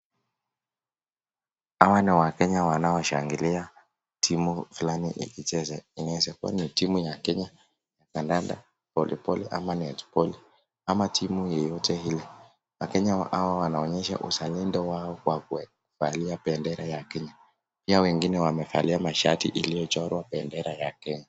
Hawa ni wakenya wanaoshangilia timu fulani ikicheza , inaweza kuwa ni timu ya Kenya ya kadanda ama voliboli, ama netiboli, ama timu yeyote ile wakenya hawa wanaonyesha uzalendo wao, kwa kuvalia bendera ya Kenya, pia wengine wanavalia mashati iliyo chorwa bebdera ya Kenya.